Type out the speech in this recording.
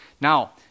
Now